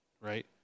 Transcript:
right